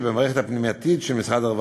של אלו שבמערכת הפנימייתית של משרד הרווחה.